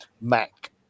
Mac